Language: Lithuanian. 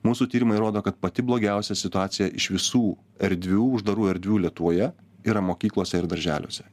mūsų tyrimai rodo kad pati blogiausia situacija iš visų erdvių uždarų erdvių lietuvoje yra mokyklose ir darželiuose